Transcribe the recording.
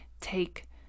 take